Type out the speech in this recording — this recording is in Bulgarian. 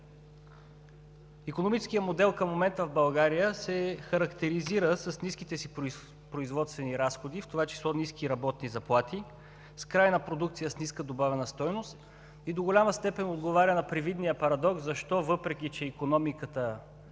Икономическият модел към момента в България се характеризира с ниските си производствени разходи, в това число ниски работни заплати, с крайна продукция с ниска добавена стойност и до голяма степен отговоря на привидния парадокс защо, въпреки че икономиката